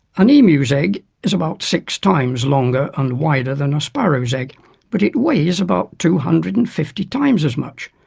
an emu's egg is about six times longer and wider than a sparrow's egg but it weighs about two hundred and fifty times as much.